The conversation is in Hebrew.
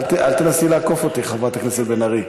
אל תנסי לעקוף אותי, חברת הכנסת בן ארי.